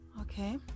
Okay